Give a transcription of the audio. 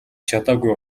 чадаагүй